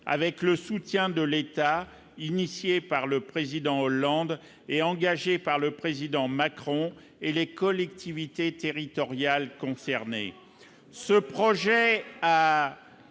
avec le soutien de l'État, initiée par le président Hollande est engagée par le président Macron et les collectivités territoriales concernées